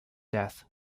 death